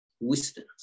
wisdom